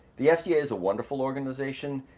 the fda is a wonderful organization,